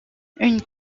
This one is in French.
une